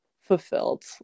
fulfilled